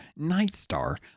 Nightstar